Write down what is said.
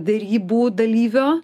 derybų dalyvio